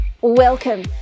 Welcome